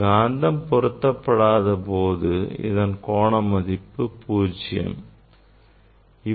காந்தம் பொருத்தப்படாத போது இதன் கோண மதிப்பு 0 ஆகும்